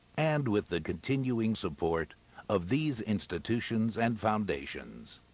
and with the continuing support of these institutions and foundations.